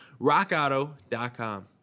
rockauto.com